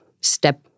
step